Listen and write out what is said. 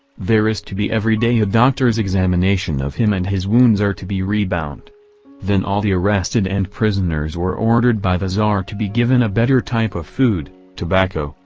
there is to be every day a doctor's examination of him and his wounds are to be rebound then all the arrested and prisoners were ordered by the tsar to be given a better type of food, tobacco,